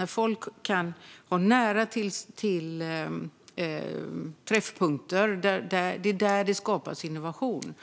När folk kan ha nära till träffpunkter skapas innovation.